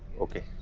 okay.